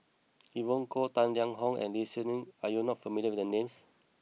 Evon Kow Tang Liang Hong and Lee Shih Shiong are you not familiar with the names